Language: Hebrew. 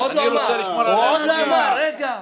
הוא עוד לא אמר, רגע.